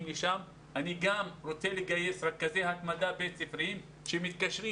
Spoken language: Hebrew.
לבתי הספר ואני רוצה לגייס רכזי התמדה בית-ספריים שמתקשרים